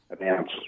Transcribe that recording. announce